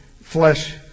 flesh